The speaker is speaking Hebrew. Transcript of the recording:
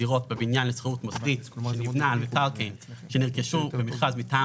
דירות בבניין לשכירות מוסדית שנבנה על מקרקעין שנרכשו במכרז מטעם